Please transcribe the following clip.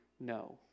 no